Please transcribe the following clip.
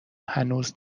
هنوز